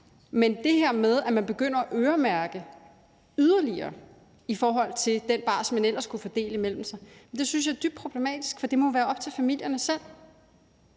Men det her med, at man begynder at øremærke yderligere i forhold til den barsel, de ellers kunne fordele imellem sig, synes jeg er dybt problematisk. For det må jo være op til familierne selv.